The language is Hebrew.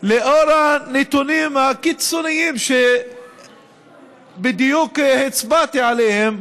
לאור הנתונים הקיצוניים שבדיוק הצבעתי עליהם,